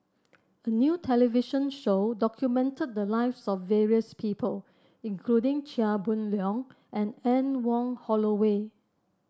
a new television show documented the lives of various people including Chia Boon Leong and Anne Wong Holloway